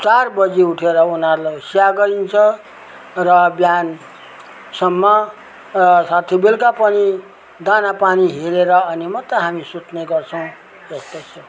चार बजे उठेर उनीहरूलाई स्याहार गरिन्छ र बिहानसम्म साथै बेलुका पनि दाना पानी हेरेर अनि मात्रै हामी सुत्नेगर्छौँ त्यस्तै छ